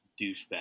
douchebag